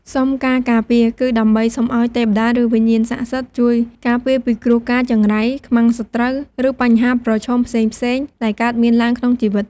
សុំការការពារ គឺដើម្បីសុំឱ្យ ទេវតា ឬ វិញ្ញាណស័ក្តិសិទ្ធិ ជួយ ការពារពីគ្រោះកាច ចង្រៃ ខ្មាំងសត្រូវ ឬ បញ្ហាប្រឈមផ្សេងៗ ដែលកើតមានឡើងក្នុង ជីវិត។